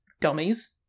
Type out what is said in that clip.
dummies